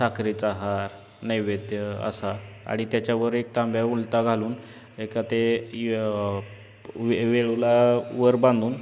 साखरेचा हार नैवेद्य असा आणि त्याच्यावर एक तांब्या उलटा घालून एका ते वेळूलावर बांधून